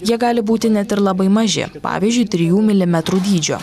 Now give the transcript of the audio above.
jie gali būti net ir labai maži pavyzdžiui trijų milimetrų dydžio